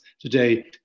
today